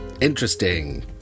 interesting